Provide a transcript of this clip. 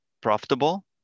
profitable